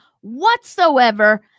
whatsoever